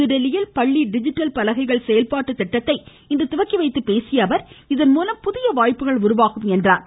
புதுதில்லியில் பள்ளி டிஜிட்டல் பலகைகள் செயல்பாட்டு திட்டத்தை இன்று துவக்கி வைத்து பேசிய அவர் இதன்மூலம் புதிய வாய்ப்புகள் உருவாகும் என்றார்